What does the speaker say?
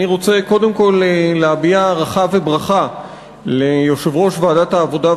אני רוצה קודם כול להביע הערכה וברכה ליושב-ראש ועדת העבודה,